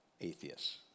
atheists